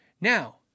Now